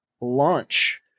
launch